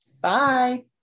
Bye